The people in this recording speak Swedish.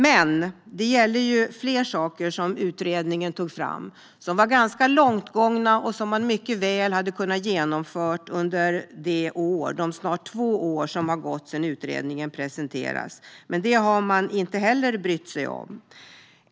Detta gäller också fler saker som utredningen tog fram, som var ganska långt gångna och som man mycket väl hade kunnat genomföra under de snart två år som har gått sedan utredningen presenterades. Det har man inte heller brytt sig om.